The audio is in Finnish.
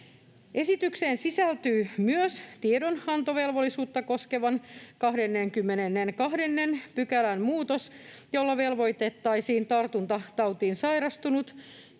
Esitykseen sisältyy myös tiedonantovelvollisuutta koskevan 22 §:n muutos, jolla velvoitettaisiin tartuntatautiin sairastunut,